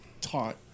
taught